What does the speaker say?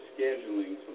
scheduling